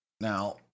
Now